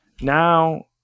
Now